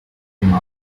prima